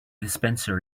dispenser